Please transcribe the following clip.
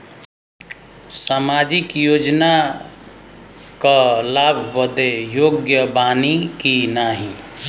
सामाजिक योजना क लाभ बदे योग्य बानी की नाही?